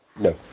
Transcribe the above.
No